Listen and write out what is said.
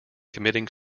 committing